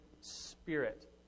spirit